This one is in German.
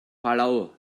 palau